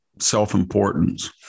self-importance